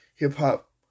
Hip-hop